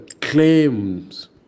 claims